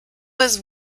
was